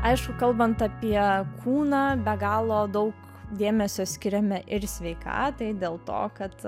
aišku kalbant apie kūną be galo daug dėmesio skiriame ir sveikatai dėl to kad